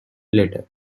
letter